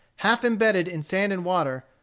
half-imbedded in sand and water,